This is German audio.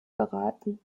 geraten